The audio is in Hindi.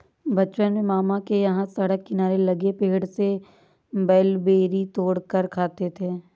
बचपन में मामा के यहां सड़क किनारे लगे पेड़ से ब्लूबेरी तोड़ कर खाते थे